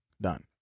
done